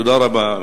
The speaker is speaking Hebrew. תודה רבה.